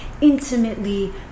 intimately